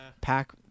Pack